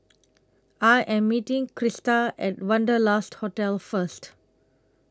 I Am meeting Krysta At Wanderlust Hotel First